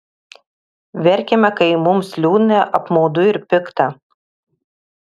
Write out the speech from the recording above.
verkiame kai mums liūdna apmaudu ir pikta